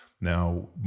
Now